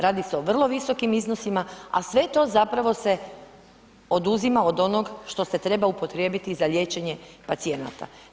Radi se o vrlo visokim iznosima, a sve to zapravo se oduzima od onog što se treba upotrijebiti za liječenje pacijenata.